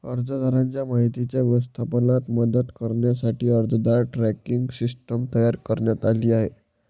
अर्जदाराच्या माहितीच्या व्यवस्थापनात मदत करण्यासाठी अर्जदार ट्रॅकिंग सिस्टीम तयार करण्यात आली आहे